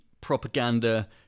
propaganda